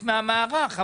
מהמערך?